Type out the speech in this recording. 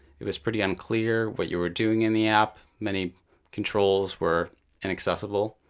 it was pretty unclear what you were doing in the app. many controls were inaccessible.